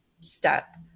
step